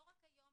לא רק היום,